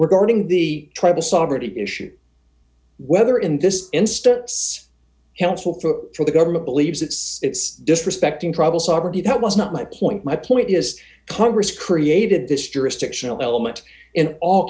guarding the tribal sovereignty issue whether in this instance counsel for the government believes it's disrespecting trouble sovereignty that was not my point my point is congress created this jurisdictional element in all